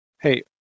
Hey